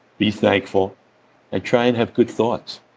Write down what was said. be thankful and try and have good thoughts